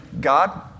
God